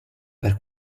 per